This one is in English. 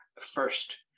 first